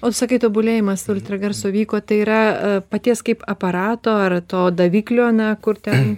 o sakai tobulėjimas ultragarso vyko tai yra paties kaip aparato ar to daviklio na kur ten